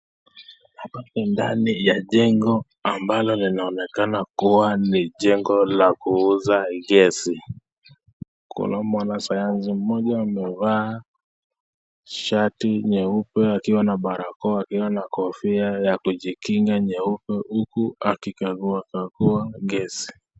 Hapa ni ndani ya jengo ambalo linaonekana kuwa ni jengo la kuuza gesi. Kuna mwanasayansi mmoja amevaa shati nyeupe akiwa na barakoa, akiwa na kofia ya kujikinga nyeupe, huku akikagua kagua gesi.